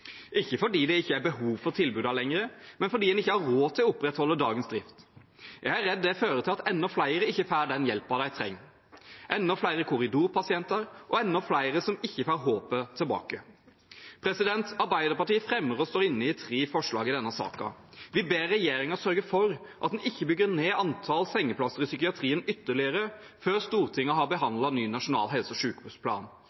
ikke fordi det ikke er behov for tilbudene lenger, men fordi en ikke har råd til å opprettholde dagens drift. Jeg er redd det fører til at enda flere ikke får den hjelpen de trenger – enda flere korridorpasienter, og enda flere som ikke får håpet tilbake. Arbeiderpartiet fremmer og står bak tre forslag i denne saken. Vi ber regjeringen sørge for at en ikke bygger ned antallet sengeplasser i psykiatrien ytterligere før Stortinget har